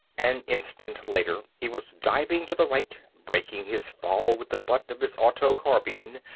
an instant later, he was diving to the right, breaking his fall with the butt of his auto-carbine,